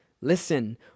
Listen